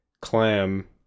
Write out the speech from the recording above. clam